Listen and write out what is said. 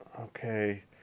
okay